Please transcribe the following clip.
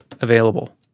available